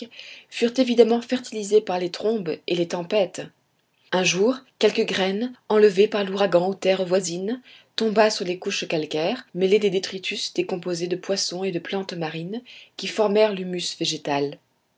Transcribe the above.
furent évidemment fertilisées par les trombes et les tempêtes un jour quelque graine enlevée par l'ouragan aux terres voisines tomba sur les couches calcaires mêlées des détritus décomposés de poissons et de plantes marines qui formèrent l'humus végétal